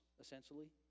essentially